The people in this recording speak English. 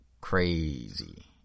crazy